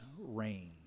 rain